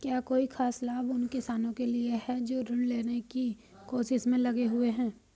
क्या कोई खास लाभ उन किसानों के लिए हैं जो ऋृण लेने की कोशिश में लगे हुए हैं?